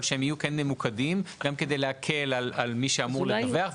אבל שהם יהיו ממוקדים; גם כדי להקל על מי שאמור לדווח,